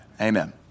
Amen